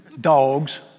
dogs